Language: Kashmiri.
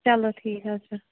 چلو ٹھیٖک حظ